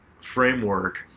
framework